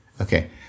Okay